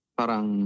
parang